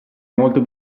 molto